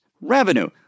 revenue